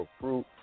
fruit